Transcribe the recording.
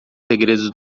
segredos